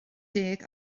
deg